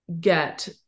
get